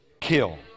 Kill